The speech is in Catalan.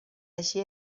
així